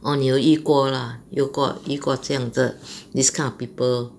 orh 你有遇过 lah 有过遇过这样的 this kind of people